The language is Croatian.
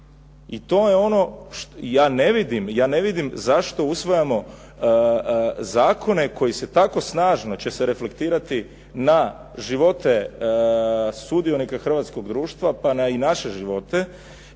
i to je ono. Ja ne vidim zašto usvajamo zakone koji se tako snažno će se reflektirati na živote sudionika hrvatskog društva, pa na i naše živote,